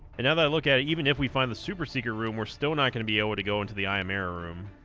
and now that i look at it even if we find the super secret room we're still not going to be able to go into the ayamaro room